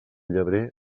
llebrer